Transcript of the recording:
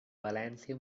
valència